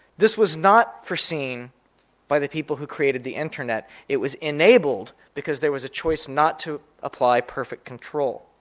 this was not foreseen by the people who created the internet. it was enabled because there was a choice not to apply perfect control.